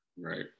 Right